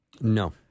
No